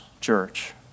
church